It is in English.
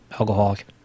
alcoholic